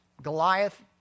Goliath